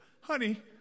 Honey